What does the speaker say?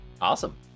Awesome